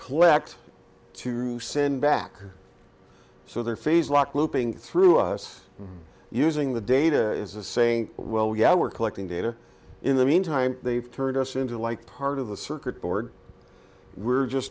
collect to send back so they're phase lock looping through us using the data is a saying well yeah we're collecting data in the meantime they've turned us into like part of the circuit board we're just